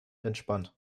entspannt